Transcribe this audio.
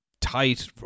tight